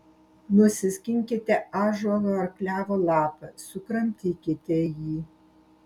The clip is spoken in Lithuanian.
nusiskinkite ąžuolo ar klevo lapą sukramtykite jį